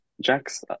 Jack's